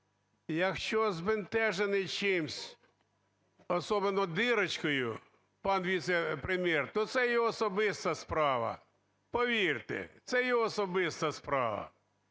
Якщо збентежений чимось, особенно дырочкой пан віце-прем'єр, то це його особиста справа. Повірте, це його особиста справа.